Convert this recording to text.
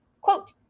Quote